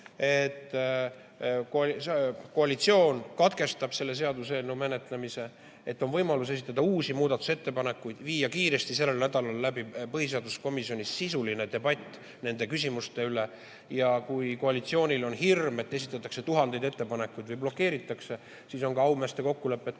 koalitsioon katkestab selle seaduseelnõu menetlemise, on võimalus esitada uusi muudatusettepanekuid ja viia kiiresti sellel nädalal läbi põhiseaduskomisjonis sisuline debatt nende küsimuste üle. Ja kui koalitsioonil on hirm, et esitatakse tuhandeid ettepanekuid või menetlust blokeeritakse, siis on ka aumeeste kokkulepe, et kui